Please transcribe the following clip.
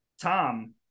tom